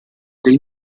del